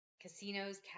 casinos